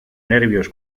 nervios